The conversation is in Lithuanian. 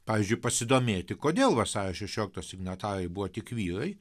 pavyzdžiui pasidomėti kodėl vasario šešioliktos signatarai buvo tik vyrai